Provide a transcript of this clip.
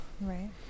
right